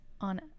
on